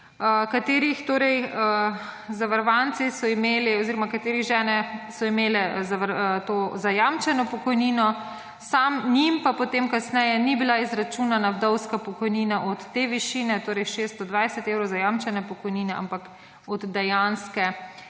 katerih torej zavarovanci so imeli oziroma katerih žene so imele to zajamčeno pokojnino, samo njim pa potem kasneje ni bila izračunana vdovska pokojnina od te višine, torej 620 evrov zajamčene pokojnine, ampak od dejanske